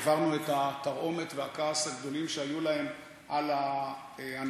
העברנו את התרעומת והכעס הגדולים שהיו להם על ההנהגה,